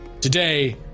today